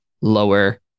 lower